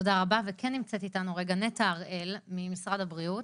תודה רבה וכן נמצאת איתנו רגע נטע הראל ממשרד הבריאות,